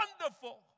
Wonderful